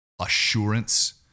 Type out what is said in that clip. assurance